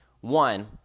One